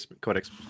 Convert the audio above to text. Codex